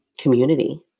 community